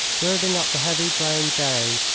girding up the heavy brown gown,